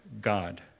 God